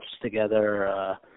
together